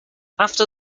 after